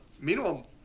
Meanwhile